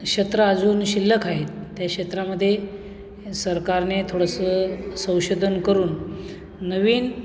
क्षेत्रं अजून शिल्लक आहे त्या क्षेत्रामध्ये सरकारने थोडंसं संशोधन करून नवीन